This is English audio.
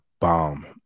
bomb